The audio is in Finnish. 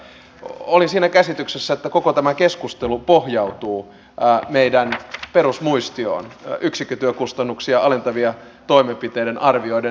olin siinä käsityksessä että koko tämä keskustelu pohjautuu meidän perusmuistioon yksikkötyökustannuksia alentavien toimenpiteiden arvioiden tausta